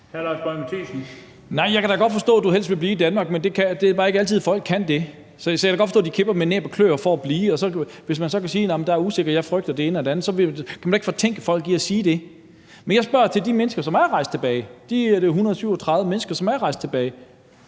Mathiesen (NB): Nej, jeg kan da godt forstå, at de helst vil blive i Danmark, men det er bare ikke altid, at folk kan det. Jeg kan da godt forstå, at de kæmper med næb og kløer for at blive, og det, at folk så siger, at det er usikkert, og at de frygter det ene og det andet, kan man da ikke fortænke dem i. Men jeg spørger til de mennesker, som er rejst tilbage, de der 137 mennesker, som er rejst tilbage.